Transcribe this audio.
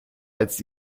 als